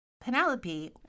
Penelope